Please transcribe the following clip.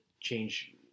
change